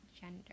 gender